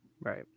right